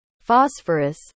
phosphorus